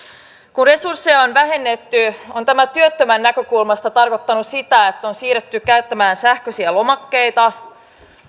kun resursseja on vähennetty on tämä työttömän näkökulmasta tarkoittanut sitä että on siirrytty käyttämään sähköisiä lomakkeita